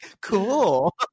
Cool